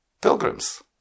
pilgrims